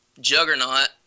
juggernaut